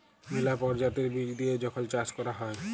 ম্যালা পরজাতির বীজ দিঁয়ে যখল চাষ ক্যরা হ্যয়